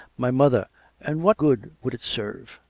my mother and what good would it serve?